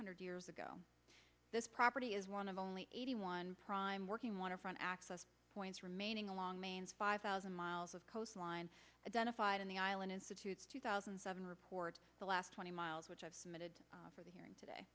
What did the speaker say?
hundred years ago this property is one of only eighty one prime working waterfront access points remaining along maine's five thousand miles of coastline identified in the island institute's two thousand and seven report the last twenty miles which i've submitted for the hearing today